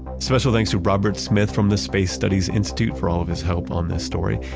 special thanks to robert smith from the space studies institute for all of his help on this story.